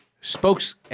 spokes